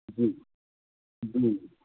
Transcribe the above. ਜੀ ਜੀ